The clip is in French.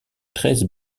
treize